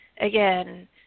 Again